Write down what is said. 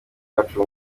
bacu